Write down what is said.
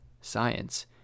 science